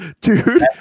dude